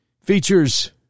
Features